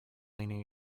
leaning